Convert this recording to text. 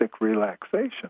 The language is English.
relaxation